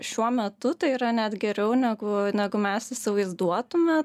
šiuo metu tai yra net geriau negu negu mes įsivaizduotume